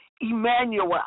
Emmanuel